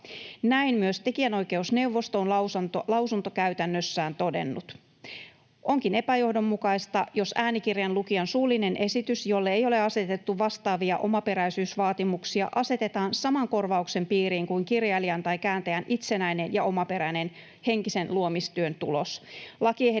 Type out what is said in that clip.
Näin myös tekijänoikeusneuvosto on lausuntokäytännössään todennut. Onkin epäjohdonmukaista, jos äänikirjan lukijan suullinen esitys, jolle ei ole asetettu vastaavia omaperäisyysvaatimuksia, asetetaan saman korvauksen piiriin kuin kirjailijan tai kääntäjän itsenäinen ja omaperäinen henkisen luomistyön tulos.